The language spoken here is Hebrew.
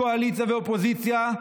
קואליציה ואופוזיציה,